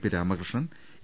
P Ramakrishnan A